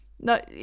No